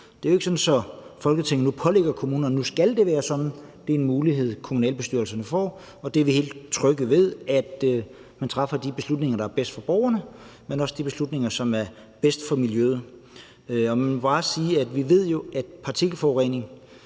Det er jo ikke sådan, at Folketinget nu pålægger kommunerne, at nu skal det være sådan. Det er en mulighed, kommunalbestyrelserne får, og vi er helt trygge ved, at man træffer de beslutninger, der ikke alene er bedst for borgerne, men også bedst for miljøet. Jeg må bare sige, at vi jo ved, at partikelforurening